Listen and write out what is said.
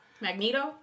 Magneto